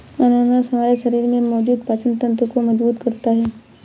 अनानास हमारे शरीर में मौजूद पाचन तंत्र को मजबूत करता है